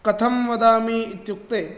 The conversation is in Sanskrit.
कथं वदामि इत्युक्ते